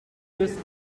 this